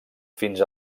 fins